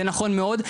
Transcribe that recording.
זה נכון מאוד,